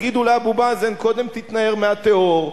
תגידו לאבו מאזן: קודם תתנער מהטרור,